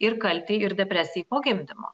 ir kaltei ir depresijai po gimdymo